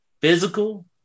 physical